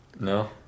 No